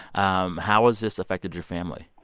um how has this affected your family?